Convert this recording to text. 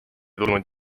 tulnud